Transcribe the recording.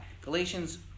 Galatians